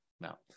now